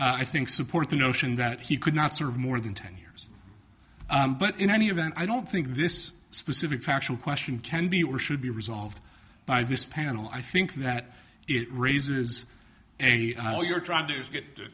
s i think support the notion that he could not serve more than ten years but in any event i don't think this specific factual question can be or should be resolved by this panel i think that it raises a lawyer trying to get